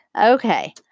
Okay